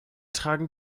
tragen